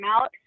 out